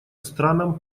странам